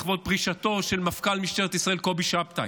לכבוד פרישתו של מפכ"ל משטרת ישראל קובי שבתאי.